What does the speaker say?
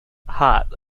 hard